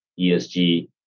ESG